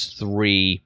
three